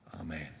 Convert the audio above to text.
amen